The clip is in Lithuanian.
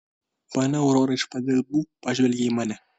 ponia aurora iš padilbų pažvelgė į mane